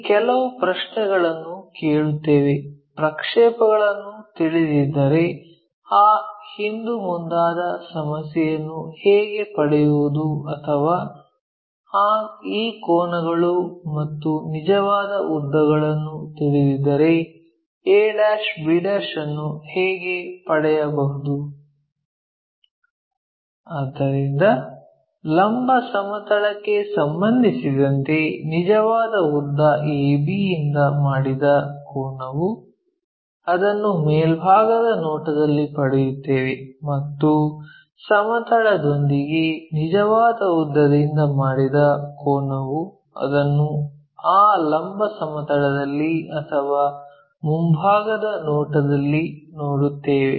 ಈ ಕೆಲವು ಪ್ರಶ್ನೆಗಳನ್ನು ಕೇಳುತ್ತೇವೆ ಪ್ರಕ್ಷೇಪಗಳನ್ನು ತಿಳಿದಿದ್ದರೆ ಆ ಹಿಂದುಮುಂದಾದ ಸಮಸ್ಯೆಯನ್ನು ಹೇಗೆ ಪಡೆಯುವುದು ಅಥವಾ ಈ ಕೋನಗಳು ಮತ್ತು ನಿಜವಾದ ಉದ್ದಗಳನ್ನು ತಿಳಿದಿದ್ದರೆ a b ಅನ್ನು ಹೇಗೆ ಪಡೆಯಬಹುದು ಆದ್ದರಿಂದ ಲಂಬ ಸಮತಲಕ್ಕೆ ಸಂಬಂಧಿಸಿದಂತೆ ನಿಜವಾದ ಉದ್ದ AB ಯಿಂದ ಮಾಡಿದ ಕೋನವು ಅದನ್ನು ಮೇಲ್ಭಾಗದ ನೋಟದಲ್ಲಿ ಪಡೆಯುತ್ತೇವೆ ಮತ್ತು ಸಮತಲದೊಂದಿಗೆ ನಿಜವಾದ ಉದ್ದದಿಂದ ಮಾಡಿದ ಕೋನವು ಅದನ್ನು ಆ ಲಂಬ ಸಮತಲದಲ್ಲಿ ಅಥವಾ ಮುಂಭಾಗದ ನೋಟದಲ್ಲಿ ನೋಡುತ್ತೇವೆ